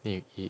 then you eat